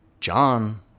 John